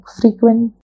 frequent